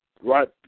right